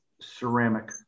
ceramic